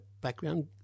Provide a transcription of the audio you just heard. background